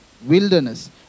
wilderness